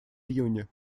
июне